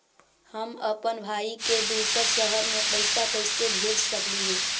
हम अप्पन भाई के दूसर शहर में पैसा कैसे भेज सकली हे?